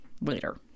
later